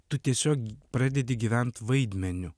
tu tiesiog pradedi gyvent vaidmeniu